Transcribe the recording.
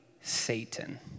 Satan